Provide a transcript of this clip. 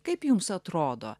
kaip jums atrodo